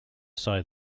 say